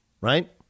right